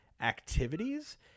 activities